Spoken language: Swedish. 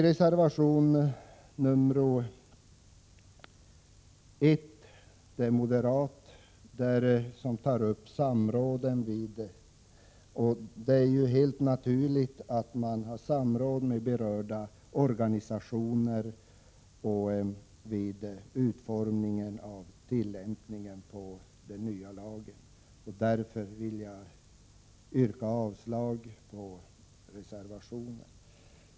Reservation 1 av moderaterna handlar om samråd vid utarbetandet av tillämpningsföreskrifter. Det är helt naturligt att man samråder med berörda organisationer vid utformningen av tillämpningsföreskrifter. Jag yrkar därför avslag på reservationen.